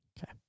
Okay